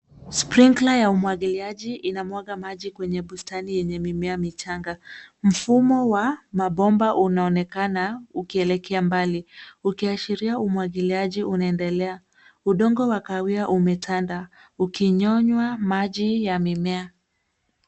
Sprinkler ya umwagiliaji inamwaga maji kwenye bustani yenye mimea michanga. Mfumo wa mabomba unaonekana ukielekea mbali ukiashiria umwagiliaji unaendelea. Udongo wa kahawia umetanda ukinyonywa maji ya mimea.